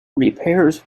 repairs